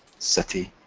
city,